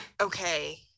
Okay